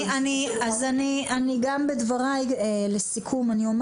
אז אני גם בדבריי לסיכום אני אומר